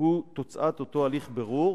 הוא תוצאת אותו הליך בירור,